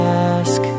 ask